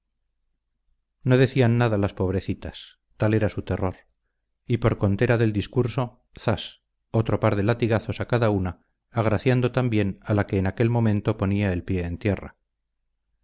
no decían nada las pobrecitas tal era su terror y por contera del discurso zas otro par de latigazos a cada una agraciando también a la que en aquel momento ponía el pie en tierra